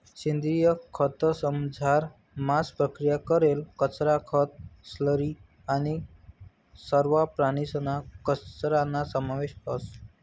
सेंद्रिय खतंसमझार मांस प्रक्रिया करेल कचरा, खतं, स्लरी आणि सरवा प्राणीसना कचराना समावेश व्हस